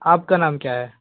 आपका नाम क्या है